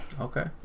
okay